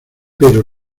pero